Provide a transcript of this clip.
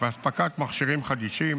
ואספקת מכשירים חדישים,